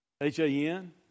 H-A-N